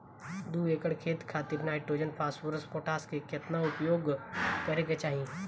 दू एकड़ खेत खातिर नाइट्रोजन फास्फोरस पोटाश केतना उपयोग करे के चाहीं?